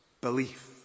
Belief